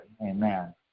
Amen